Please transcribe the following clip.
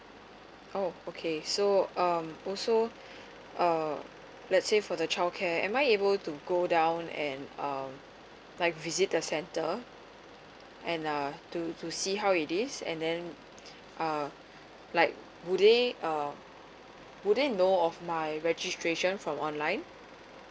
oh okay so um also uh let's say for the childcare am I able to go down and um Iike visit the center and uh to to see how is it and then uh like would they um would they know of my registration from online